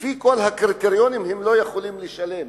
ולפי כל הקריטריונים הם לא יכולים לשלם,